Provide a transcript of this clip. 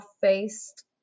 faced